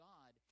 God